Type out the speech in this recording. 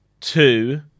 Two